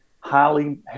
Highly